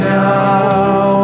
now